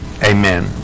Amen